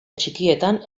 txikietan